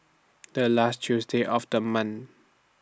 The last Tuesday of The month